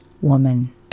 woman